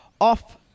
off